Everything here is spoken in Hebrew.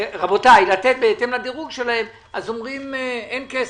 אומרים שאין כסף.